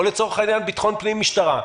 או לצורך העניין המשרד לביטחון פנים והמשטרה,